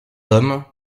homme